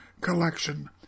collection